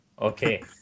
Okay